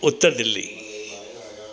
Uttar Delhi